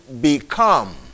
become